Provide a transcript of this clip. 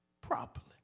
properly